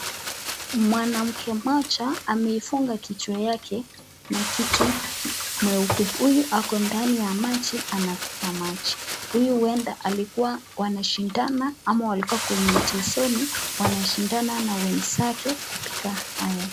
Mwanamke mmoja ameifunga kichwa chake na kitu nyeupe huyu ako ndani ya maji anapiga maji, huyu huenda alikuwa wanashindana ama walikuwa kwenye mchezoni wanashindana na wenzake kupiga haya.